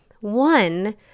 One